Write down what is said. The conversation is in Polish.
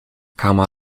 kama